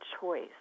choice